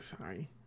Sorry